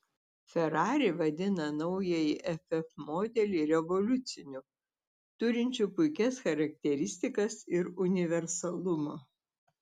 ferrari vadina naująjį ff modelį revoliuciniu turinčiu puikias charakteristikas ir universalumą